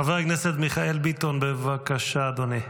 חבר הכנסת מיכאל ביטון, בבקשה, אדוני.